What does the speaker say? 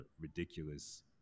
ridiculous